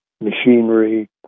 machinery